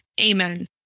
Amen